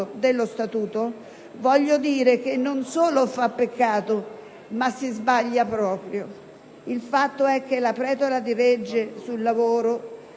dei lavoratori voglio dire che non solo fa peccato ma sbaglia proprio! Il fatto è che la pletora di leggi sul lavoro